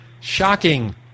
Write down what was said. shocking